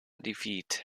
defeat